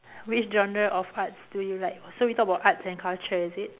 which genre of Arts do you like so we talk about Arts and culture is it